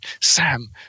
Sam